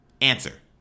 answer